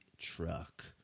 truck